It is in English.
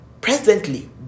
presently